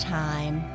time